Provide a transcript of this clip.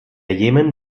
jemen